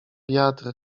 wiatr